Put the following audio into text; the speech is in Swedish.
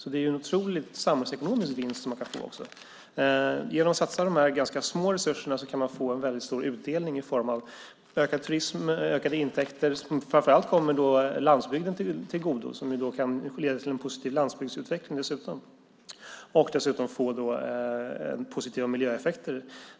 Det är en stor samhällsekonomisk vinst man kan göra. Genom att satsa dessa ganska små resurser kan man få en väldigt stor utdelning i form av ökad turism och ökade intäkter. Framför allt kommer det landsbygden till godo, vilket dessutom kan leda till en positiv landsbygdsutveckling och positiva miljöeffekter.